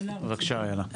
בבקשה אילה.